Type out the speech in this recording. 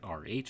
Rh